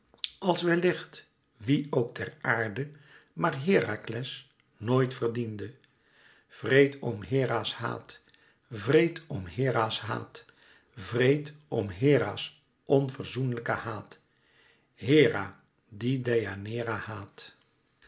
als wellicht wie ook ter aarde maar herakles nooit verdiende wreed om hera's haat wreed om hera's haat wreed om hera's onverzoenlijken haat hera die deianeira haat